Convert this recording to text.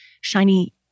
shiny